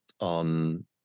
on